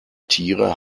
tiere